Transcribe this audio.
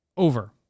over